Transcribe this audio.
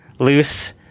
loose